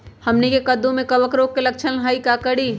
हमनी के कददु में कवक रोग के लक्षण हई का करी?